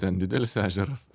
ten didelis ežeras